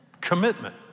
commitment